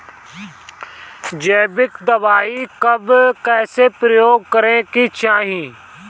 जैविक दवाई कब कैसे प्रयोग करे के चाही?